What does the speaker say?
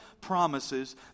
promises